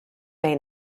may